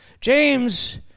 James